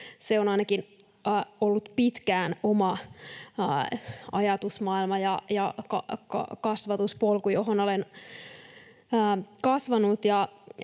Se on ollut pitkään ainakin oma ajatusmaailmani ja kasvatuspolku, johon olen kasvanut.